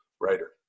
writer